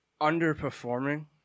underperforming